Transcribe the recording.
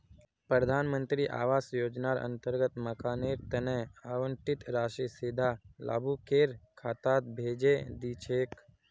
प्रधान मंत्री आवास योजनार अंतर्गत मकानेर तना आवंटित राशि सीधा लाभुकेर खातात भेजे दी छेक